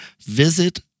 visit